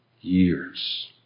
years